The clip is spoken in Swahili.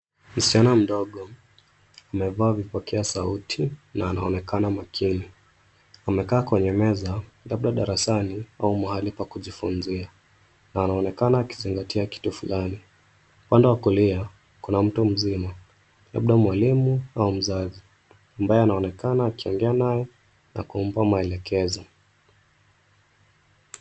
Msichana mdogo amevaa vipokea sauti na anaonekana makini. Amekaa kwenye meza labda darasani au mahali pa kujifunzia, na anaonekana akizingatia kitu fulani. Upande wa kulia kuna mtu mzima labda mwalimu au mzazi, ambaye anaonekana akiongea naye na kumpa maelekezo.